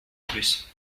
plus